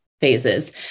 phases